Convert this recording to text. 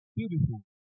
Beautiful